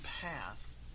path